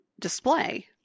display